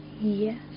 Yes